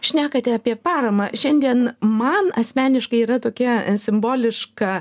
šnekate apie paramą šiandien man asmeniškai yra tokia simboliška